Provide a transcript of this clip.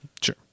sure